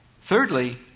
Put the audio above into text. Thirdly